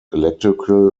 electrical